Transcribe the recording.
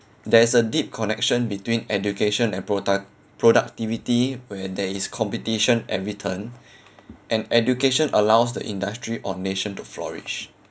there is a deep connection between education and produc~ productivity where there is competition every turn and education allows the industry or nation to flourish